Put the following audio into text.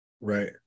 Right